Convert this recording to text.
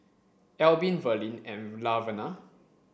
Albin Verlene and Laverna